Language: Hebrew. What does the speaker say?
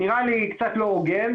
נראה לי קצת לא הוגן.